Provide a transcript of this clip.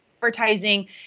advertising